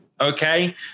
Okay